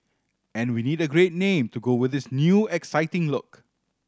and we need a great name to go with this new exciting look